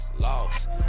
lost